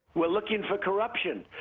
we're looking for corruption.